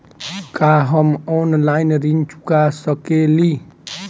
का हम ऑनलाइन ऋण चुका सके ली?